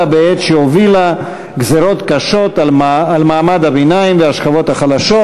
בעת שהובילה גזירות קשות על מעמד הביניים והשכבות החלשות".